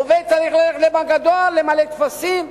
עובד צריך ללכת לבנק הדואר, למלא טפסים,